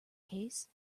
case